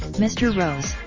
mr rose,